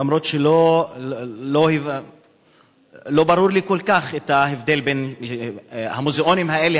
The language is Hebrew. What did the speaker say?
אף שלא ברור לי כל כך ההבדל בין המוזיאונים האלה,